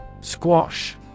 Squash